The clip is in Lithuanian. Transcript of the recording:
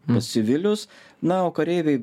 mus civilius na o kareiviai